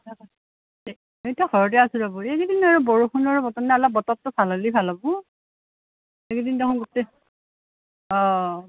ঘৰতে আছোঁ ৰ'ব এইকেইদিন আৰু বৰষুণৰ বতৰ নহয় অলপ বতৰটো ভাল হ'লে ভাল হ'ব এইকেইদিন দেখোন গোটেই অ